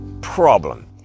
problem